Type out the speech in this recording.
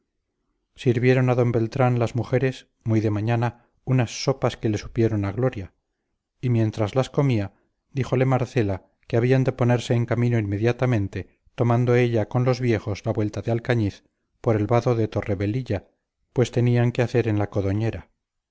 sirvieron a d beltrán las mujeres muy de mañana unas sopas que le supieron a gloria y mientras las comía díjole marcela que habían de ponerse en camino inmediatamente tomando ella con los viejos la vuelta de alcañiz por el vado de torrevelilla pues tenían que hacer en la